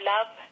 Love